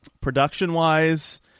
Production-wise